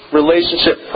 relationship